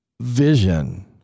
vision